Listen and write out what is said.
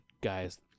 guy's